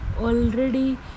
already